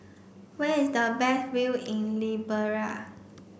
where is the best view in